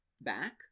back